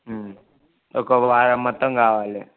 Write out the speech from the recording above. ఒక వారం మొత్తం కావాలి